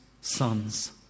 sons